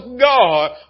God